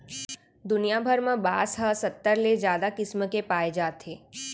दुनिया भर म बांस ह सत्तर ले जादा किसम के पाए जाथे